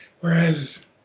Whereas